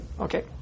okay